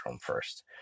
first